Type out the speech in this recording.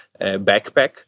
backpack